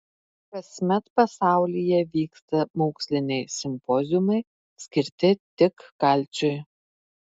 kasmet pasaulyje vyksta moksliniai simpoziumai skirti tik kalciui